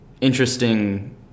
interesting